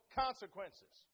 consequences